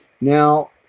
Now